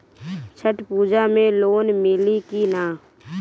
छठ पूजा मे लोन मिली की ना?